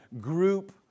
group